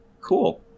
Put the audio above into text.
cool